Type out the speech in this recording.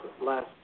last